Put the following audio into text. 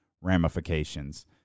ramifications